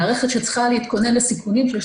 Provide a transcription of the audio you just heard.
מערכת שצריכה להתכונן לסיכונים שיש